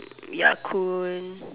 Yakun